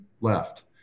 left